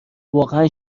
واقعا